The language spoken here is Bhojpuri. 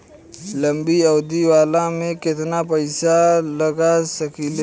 लंबी अवधि वाला में केतना पइसा लगा सकिले?